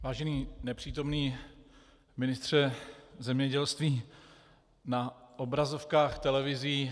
Vážený nepřítomný ministře zemědělství, na obrazovkách televizí